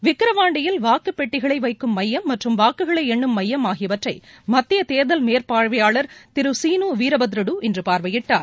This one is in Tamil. விக்கிரவாண்டியில் வாக்கு பெட்டிகளை வைக்கும் மையம் மற்றும் வாக்குகளை எண்ணும் மையம் ஆகியவற்றை மத்திய தேர்தல் மேற்பார்வையாளர் திரு சீனு வீரபத்ர டு இன்று பார்வையிட்டார்